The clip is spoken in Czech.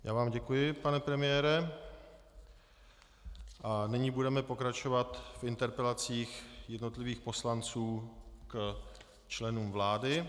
Já vám děkuji, pane premiére, a nyní budeme pokračovat v interpelacích jednotlivých poslanců k členům vlády.